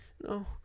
No